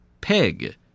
pig